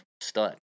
stud